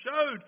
showed